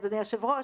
אדוני היושב-ראש,